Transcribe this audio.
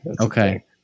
okay